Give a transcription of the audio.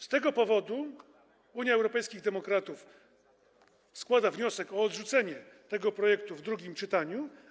Z tego powodu Unia Europejskich Demokratów składa wniosek o odrzucenie tego projektu w drugim czytaniu.